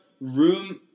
room